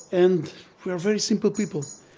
and we are very simple people.